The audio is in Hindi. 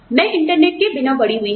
मैं इंटरनेट के बिना बड़ी हुई हूं